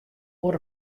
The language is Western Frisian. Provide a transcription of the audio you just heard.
oer